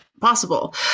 possible